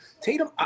tatum